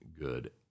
good